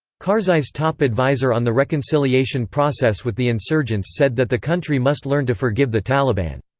karzai's top adviser on the reconciliation process with the insurgents said that the country must learn to forgive the taliban.